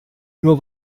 nur